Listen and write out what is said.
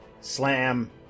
Slam